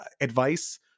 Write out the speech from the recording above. advice